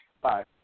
Bye